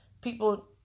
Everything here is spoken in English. people